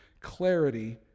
clarity